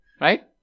Right